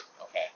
Okay